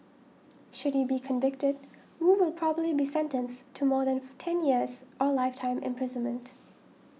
should he be convicted Wu will probably be sentenced to more than ten years or lifetime imprisonment